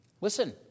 Listen